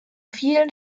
vielen